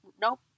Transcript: nope